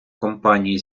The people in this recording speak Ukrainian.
компанії